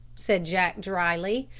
said jack dryly,